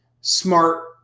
smart